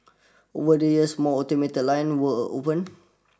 over the years more automated lines were opened